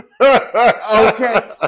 Okay